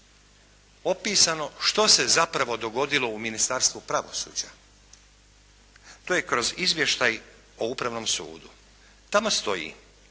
opisano što se zapravo dogodilo u Ministarstvu pravosuđa. To je kroz izvještaj o Upravnom sudu. Tamo stoji